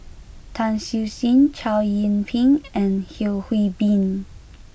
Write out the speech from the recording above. Tan Siew Sin Chow Yian Ping and Yeo Hwee Bin